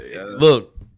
look